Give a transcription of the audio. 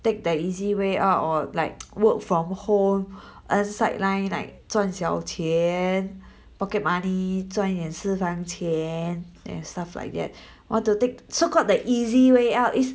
take the easy way out or like work from home earn sideline like 赚小钱 pocket money 赚一点私房钱 and stuff like that want to take so called the easy way out it's